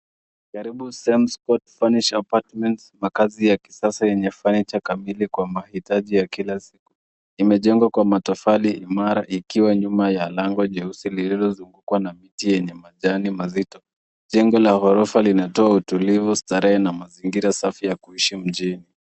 Jaribu Stemspot Furnish Apartments, makazi ya kisasa yenye furniture kabidhi kwa mahitaji ya kila siku. Imejengwa kwa matofali imara ikiwa nyuma ya lango jeusi lililozungukwa na miti yenye majani mazito. Jengo la ghorofa linatoa utulivu, starehe na mazingira safi ya kuishi mjini.